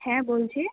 হ্যাঁ বলছি